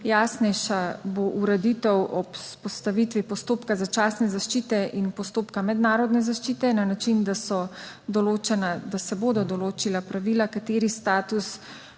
Jasnejša bo ureditev ob vzpostavitvi postopka začasne zaščite in postopka mednarodne zaščite na način, da se bodo določila pravila kateri status